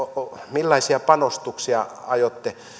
millaisia panostuksia aiotte